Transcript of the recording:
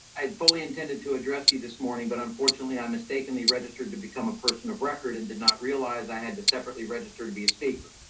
i had fully intended to address you this morning, but unfortunately i mistakenly registered to become a person of record and did not realize i had to separately register and be a speaker.